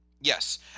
Yes